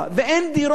ואין דירות,